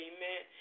Amen